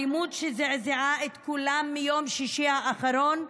האלימות ביום שישי האחרון,